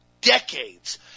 decades